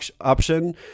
option